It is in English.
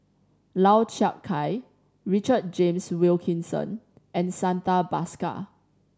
Lau Chiap Khai Richard James Wilkinson and Santha Bhaskar